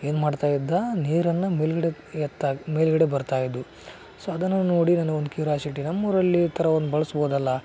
ಏನು ಮಾಡ್ತ ಇದ್ದ ನೀರನ್ನು ಮೇಲುಗಡೆ ಎತ್ತಾ ಮೇಲುಗಡೆ ಬರ್ತಾ ಇದ್ದವು ಸೊ ಅದನ್ನು ನೋಡಿ ನನಗೊಂದು ಕ್ಯೂರಾಸಿಟಿ ನಮ್ಮ ಊರಲ್ಲಿ ಈ ಥರ ಒಂದು ಬಳಸ್ಬೋದಲ್ಲ